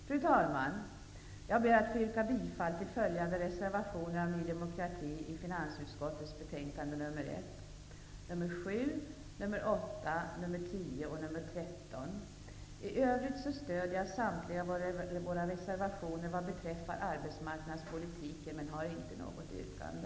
Fru talman! Jag ber att få yrka bifall till följande reservationer av Ny demokrati i finansutskottets betänkande 1: reservationerna 7, 8, 10 och 13. I övrigt stöder jag samtliga våra reservationer vad beträffar arbetsmarknadspolitiken men har inte något yrkande.